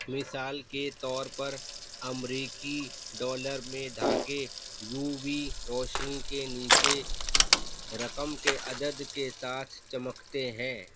مثال کے طور پر امریکی ڈالر میں دھاگے یو وی روشنی کے نیچے رقم کے عدد کے ساتھ چمکتے ہیں